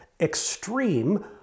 extreme